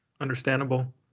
understandable